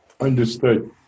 understood